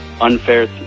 unfair